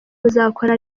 muzakora